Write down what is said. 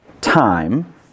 time